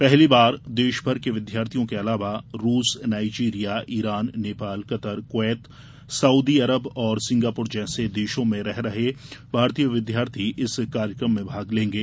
पहली बार देशभर के विद्यार्थियों के अलावा रूस Nigeria Iran Nepal Qatar Kuwait Saudi Arab और सिंगापुर जैसे देशों में रह रहे भारतीय विद्यार्थी इस कार्यक्रम में भाग लेंगे